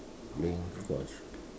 playing squash